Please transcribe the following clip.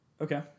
Okay